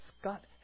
Scott